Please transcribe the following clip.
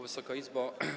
Wysoka Izbo!